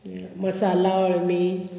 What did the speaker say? मसाला अळमी